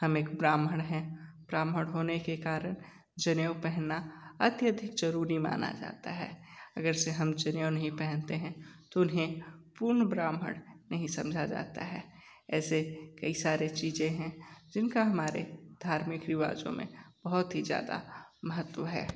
हम एक ब्राह्मण हैं ब्राह्मण होने के कारण जनेऊ पहनना अत्यधिक ज़रूरी माना जाता है अगर से हम जनेऊ नहीं पहनते हैं तो उन्हें पूर्ण ब्राह्मण नहीं समझा जाता है ऐसे कई सारी चीज़ें हैं जिनका हमारे धार्मिक रिवाजों में बहुत ही ज़्यादा महत्व है